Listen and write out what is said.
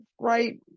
right